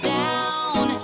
down